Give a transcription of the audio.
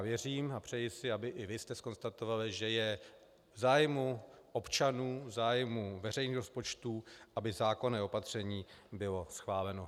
Věřím a přeji si, aby i vy jste zkonstatovali, že je v zájmu občanů, v zájmu veřejných rozpočtů, aby zákonné opatření bylo schváleno.